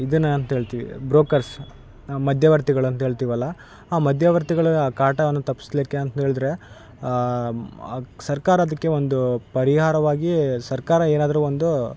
ಇದನ್ನ ಅಂತೇಳ್ತಿವಿ ಬ್ರೋಕರ್ಸ್ ಮಧ್ಯವರ್ತಿಗಳು ಅಂದೇಳ್ತೀವಲ್ಲ ಆ ಮಧ್ಯವರ್ತಿಗಳ ಆ ಕಾಟವನ್ನು ತಪ್ಸ್ಲೀಕ್ಕೆ ಅಂತ ಹೇಳ್ದ್ರೆ ಸರ್ಕಾರದಕ್ಕೆ ಒಂದು ಪರಿಹಾರವಾಗಿ ಸರ್ಕಾರ ಏನಾದರು ಒಂದು